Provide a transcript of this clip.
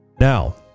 Now